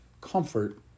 comfort